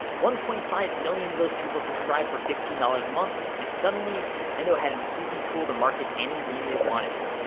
one point five million of those people subscribed for fifteen dollars a month, and suddenly nintendo had an easy tool to market any game they wanted.